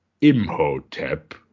Imhotep